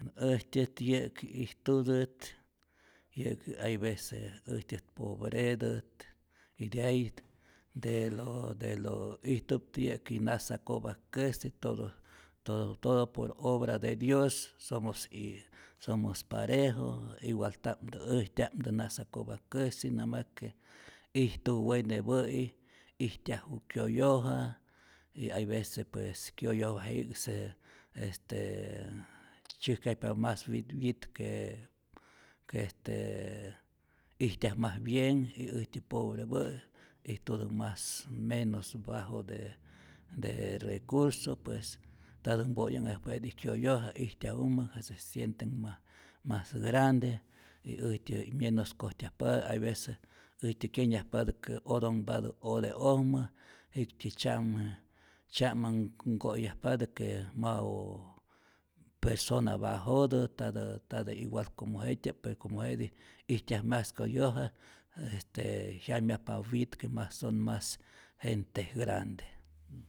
Äjtyät yä'ki ijtutät, yä'ki hay vece äjtyät pobretät, idiay de lo de lo ijtuptä yä'ki nasakopak'käsi todo todo todo por obra de dios, somos y somos parejo, igualta'mtä äjtya'mtä nasakopak'käsi, na mas que ijtu wenepä'i ijtyaju kyoyoja y hay vece pues kyoyojapi'k se est tzyäjkyajpa mas wyit wyit quee ijtyaj mas bien, y äjtyä pobrepä' ijtutä mas menos bajo de de recurso, pues ntatä mpo'yanhäyajpa jetij kyoyoja, ijtyajumä jetä se sienten mas mas grande y äjtyä myenos kojtyajpatä, hay vece äjtyä kyenyajpatä que otonhpatä ote'ojmä, jiktyi tzyama tzya'manhko'yajpatä que mau persona bajotät, ntatä igual como jet'tya'p, pero como jetij ijtyaj mas koyoja este jyamyajpa wyit que mas son mas gente grande.